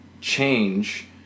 change